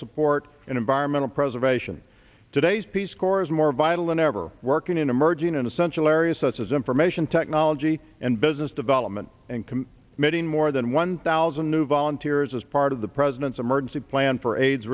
support and environmental preservation today's peace corps is more vital than ever working in emerging in essential areas such as information technology and business development and can meet in more than one thousand new volunteers as part of the president's emergency plan for aids